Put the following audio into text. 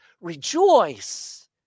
rejoice